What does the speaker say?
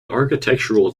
architectural